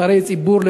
נבחרי ציבור,